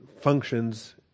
functions